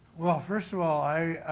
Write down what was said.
first of all, i